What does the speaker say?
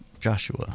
Joshua